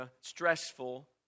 stressful